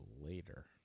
later